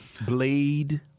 Blade